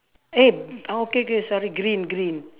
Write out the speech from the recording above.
eh okay okay sorry green green